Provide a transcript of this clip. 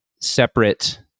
separate